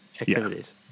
activities